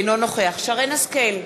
אינו נוכח שרן השכל,